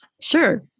Sure